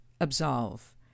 absolve